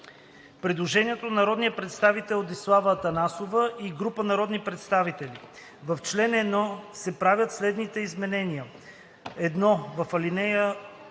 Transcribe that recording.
Предложение на народния представител Десислава Атанасова и група народни представители: „I. В член 1 се правят следните изменения: 1. В алинея